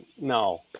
no